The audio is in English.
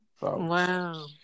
Wow